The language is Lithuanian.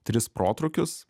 tris protrūkius